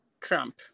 Trump